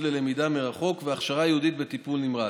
ללמידה מרחוק והכשרה ייעודית בטיפול נמרץ.